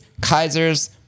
Kaiser's